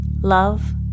Love